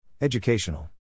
Educational